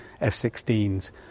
F-16s